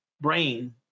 brain